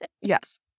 Yes